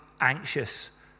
anxious